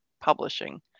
publishing